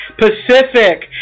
Pacific